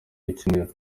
w’icyumweru